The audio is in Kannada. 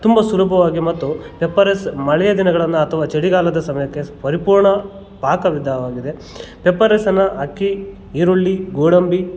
ತುಂಬ ಸುಲಭವಾಗಿ ಮತ್ತು ಪೆಪ್ಪರ್ ರೈಸ್ ಮಳೆಯ ದಿನಗಳನ್ನು ಅಥವಾ ಚಳಿಗಾಲದ ಸಮಯಕ್ಕೆ ಪರಿಪೂರ್ಣ ಪಾಕವಿಧವಾಗಿದೆ ಪೆಪ್ಪರ್ ರೈಸನ್ನು ಅಕ್ಕಿ ಈರುಳ್ಳಿ ಗೋಡಂಬಿ